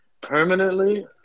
permanently